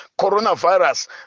coronavirus